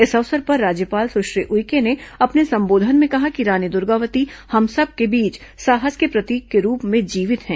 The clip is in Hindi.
इस अवसर पर राज्यपाल सुश्री उइके ने अपने संबोधन में कहा कि रानी दुर्गावती हम सबके बीच साहस के प्रतीक के रूप में जीवित हैं